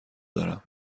دارم